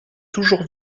toujours